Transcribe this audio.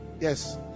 Yes